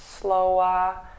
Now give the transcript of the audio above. slower